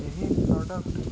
ଏହି ପ୍ରଡ଼କ୍ଟ